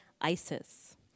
ISIS